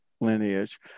lineage